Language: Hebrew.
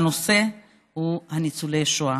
והנושא הוא ניצולי השואה.